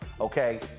Okay